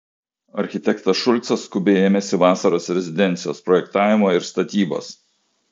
architektas šulcas skubiai ėmėsi vasaros rezidencijos projektavimo ir statybos